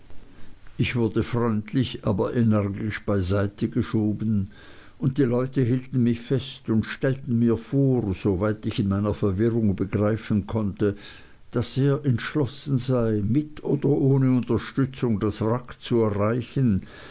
ich wurde freundlich aber energisch beiseite geschoben und die leute hielten mich fest und stellten mir vor soweit ich in meiner verwirrung begreifen konnte daß er entschlossen sei mit oder ohne unterstützung das wrack zu erreichen